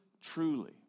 truly